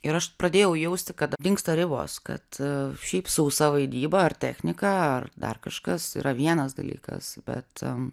ir aš pradėjau jausti kad dingsta ribos kad šiaip sausa vaidyba ar technika ar dar kažkas yra vienas dalykas bet